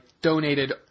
donated